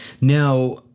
Now